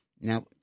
Now